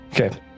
Okay